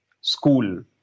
school